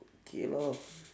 okay lah